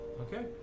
Okay